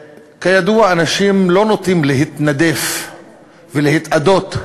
כידוע, אנשים לא נוטים להתנדף ולהתאדות,